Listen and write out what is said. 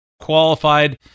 qualified